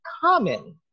common